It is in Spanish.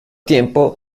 tiempo